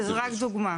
וזו רק דוגמה.